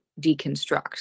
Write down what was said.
deconstruct